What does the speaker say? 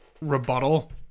rebuttal